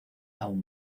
aún